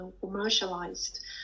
commercialized